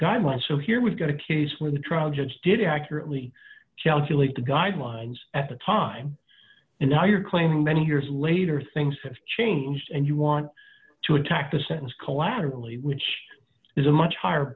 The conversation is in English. guidelines so here we've got a case where the trial judge didn't accurately calculate the guidelines at the time and now you're claiming many years later things have changed and you want to attack the sentence collaterally which is a much higher